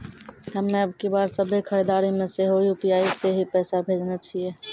हम्मे अबकी बार सभ्भे खरीदारी मे सेहो यू.पी.आई से ही पैसा भेजने छियै